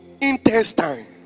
intestine